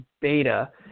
beta